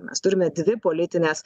mes turime dvi politines